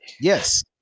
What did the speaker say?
Yes